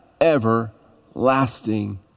everlasting